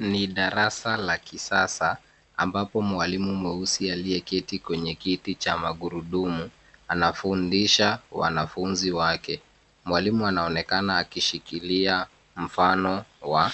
Ni darasa la kisasa ambapo mwalimu mweusi aliyeketi kwenye kiti cha magurudumu, anafundisha wanafunzi wake. Mwalimu anaonekana akishikilia mfano wa